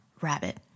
rabbit